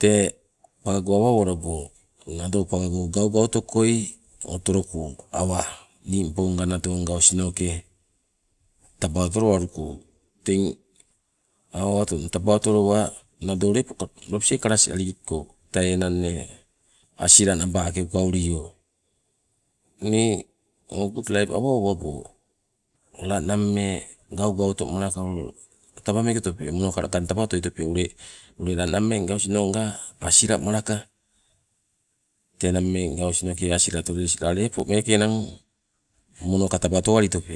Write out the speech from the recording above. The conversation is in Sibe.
Tee pagago awa owalago nado pagago gaugautokoi otoloko, awa ningponga nadonga osinoke taba otolowaluko, teng awa owaatu taba otolowa lepo nawalo kalasi aliko, tei enanne asila nabaake ukalio. Nii o gut laip awa owago, la nammee gaugauto malaka taba meeke otope, monoka lakang taba meeke atope ule la nammee osinonga asila malaka. Tee nammoenga osinoke asila otolelu las la lepo meeke enang monoka taba otowali tope